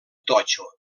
totxo